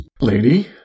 Lady